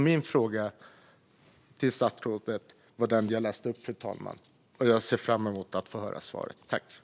Jag ser därför fram emot att få höra svaret på min fråga.